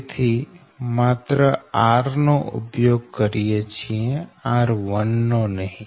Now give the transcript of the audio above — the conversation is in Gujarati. તેથીમાત્ર r નો ઉપયોગ કરીએ છીએ r1 નો નહીં